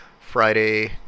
Friday